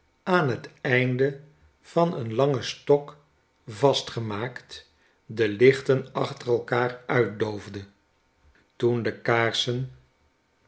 aan het einde van een langen stok vastgemaakt de lichten achter elkander uitdoofde toen de kaarsen